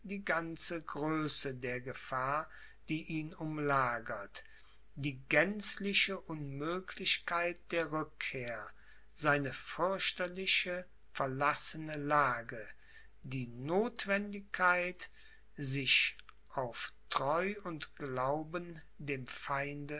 die ganze größe der gefahr die ihn umlagert die gänzliche unmöglichkeit der rückkehr seine fürchterliche verlassene lage die nothwendigkeit sich aus treu und glauben dem feinde